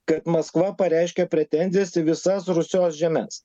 kad maskva pareiškė pretenzijas į visas rusios žemes